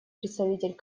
представитель